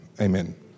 amen